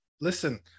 listen